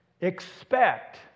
expect